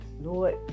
Lord